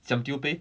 siam diu pay